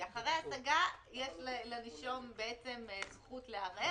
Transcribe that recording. כי אחרי השגה יש לנישום זכות לערער,